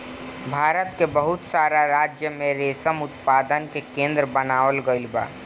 भारत के बहुत सारा राज्य में रेशम उत्पादन के केंद्र बनावल गईल बा